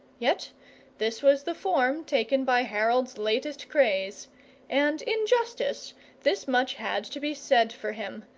yet this was the form taken by harold's latest craze and in justice this much had to be said for him,